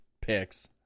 picks